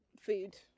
food